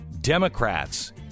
Democrats